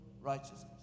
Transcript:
righteousness